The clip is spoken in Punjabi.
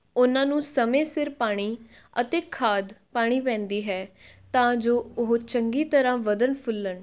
ਉਹਨਾਂ ਨੂੰ ਸਮੇਂ ਸਿਰ ਪਾਣੀ ਅਤੇ ਖਾਦ ਪਾਉਣੀ ਪੈਂਦੀ ਹੈ ਤਾਂ ਜੋ ਉਹ ਚੰਗੀ ਤਰ੍ਹਾਂ ਵੱਧਣ ਫੁੱਲਣ